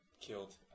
killed